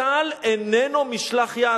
צה"ל איננו משלח יד.